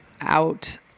out